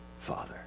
Father